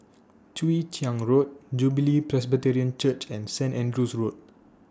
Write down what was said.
Chwee Chian Road Jubilee Presbyterian Church and Saint Andrew's Road